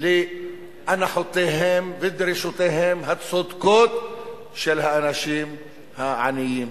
על אנחותיהם ודרישותיהם הצודקות של האנשים העניים.